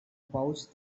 pouch